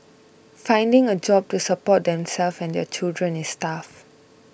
finding a job to support themselves and their children is tough